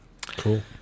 Cool